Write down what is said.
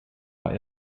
war